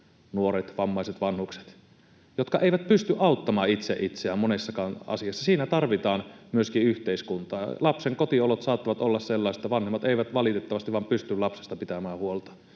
nuoret, vammaiset, vanhukset, jotka eivät pysty auttamaan itse itseään monessakaan asiassa. Siinä tarvitaan myöskin yhteiskuntaa. Lapsen kotiolot saattavat olla sellaiset, että vanhemmat eivät valitettavasti vain pysty lapsista pitämään huolta,